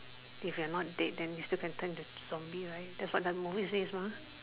if you are not dead then you still can turn into a zombie right that's what the movie say is what